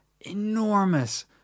enormous